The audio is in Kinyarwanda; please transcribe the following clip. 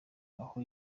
aho